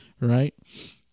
right